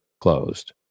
closed